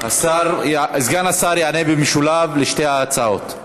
השר יענה במשולב על שתי ההצעות.